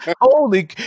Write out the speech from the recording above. Holy